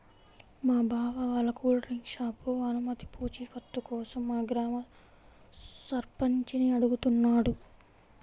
మా బావ వాళ్ళ కూల్ డ్రింక్ షాపు అనుమతి పూచీకత్తు కోసం మా గ్రామ సర్పంచిని అడుగుతున్నాడు